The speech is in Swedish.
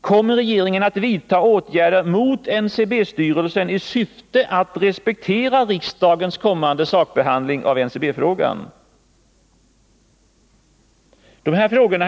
Kommer regeringen att vidta åtgärder mot NCB-styrelsen i syfte att respektera riksdagens kommande sakbehandling av NCB-frågan? Herr talman!